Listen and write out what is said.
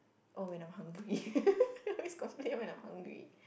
oh when I'm hungry I always complain when I'm hungry